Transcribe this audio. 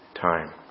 time